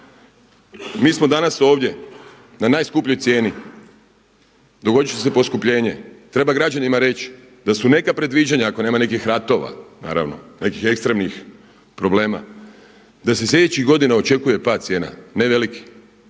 Mi smo danas ovdje na najskupljoj cijeni. Dogodit će se poskupljenje. Treba građanima reći da su neka predviđanja ako nema nekih ratova, naravno nekih ekstremnih problema, da se sljedećih godina očekuje pad cijena, ne veliki,